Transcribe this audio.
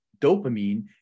dopamine